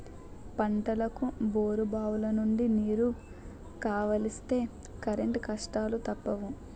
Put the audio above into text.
పంటలకు బోరుబావులనుండి నీరు కావలిస్తే కరెంటు కష్టాలూ తప్పవు